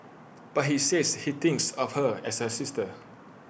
but he says he thinks of her as A sister